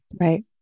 Right